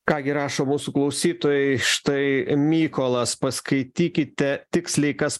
ką gi rašo mūsų klausytojai štai mykolas paskaitykite tiksliai kas